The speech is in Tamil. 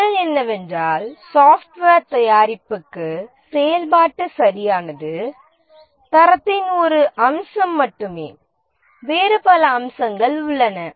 பதில் என்னவென்றால் சாஃப்ட்வேர் தயாரிப்புக்கு செயல்பாட்டு சரியானது தரத்தின் ஒரு அம்சம் மட்டுமே வேறு பல அம்சங்கள் உள்ளன